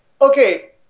Okay